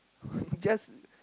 just